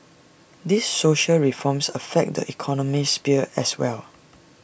the dwarf crafted A sharp sword and A tough shield for the knight